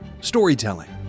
storytelling